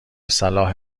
صلاح